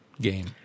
game